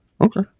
okay